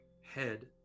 head